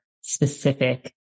specific